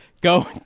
go